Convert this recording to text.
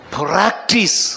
practice